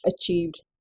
achieved